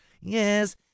Yes